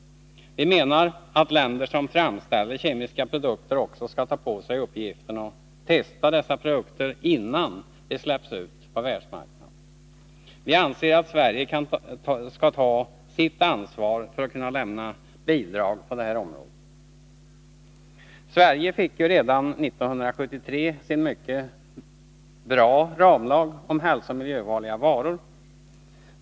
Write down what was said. Vi menar att länder som framställer kemiska produkter också skall ta på sig uppgiften att testa dessa produkter innan de släpps ut på världsmarknaden. Vi anser att Sverige skall ta sitt ansvar för att kunna lämna bidrag till detta område. Sverige fick redan 1973 sin ramlag om hälsooch miljöfarliga varor, som är mycket bra.